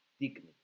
dignity